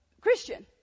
Christian